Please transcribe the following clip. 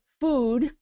food